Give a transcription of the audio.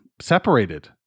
separated